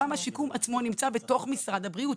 גם השיקום עצמו נמצא בתוך משרד הבריאות,